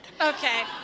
okay